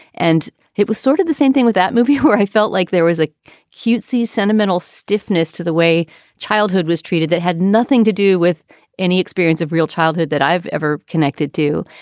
and it was sort of the same thing with that movie who i felt like there was a cutesy sentimental stiffness to the way childhood was treated that had nothing to do with any experience of real childhood that i've ever connected to.